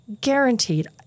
Guaranteed